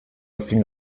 azken